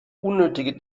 unnötige